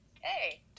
hey